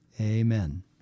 Amen